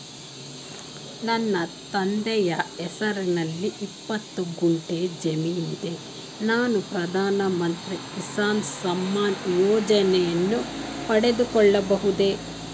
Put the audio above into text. ನನ್ನ ತಂದೆಯ ಹೆಸರಿನಲ್ಲಿ ಇಪ್ಪತ್ತು ಗುಂಟೆ ಜಮೀನಿದೆ ನಾನು ಪ್ರಧಾನ ಮಂತ್ರಿ ಕಿಸಾನ್ ಸಮ್ಮಾನ್ ಯೋಜನೆಯನ್ನು ಪಡೆದುಕೊಳ್ಳಬಹುದೇ?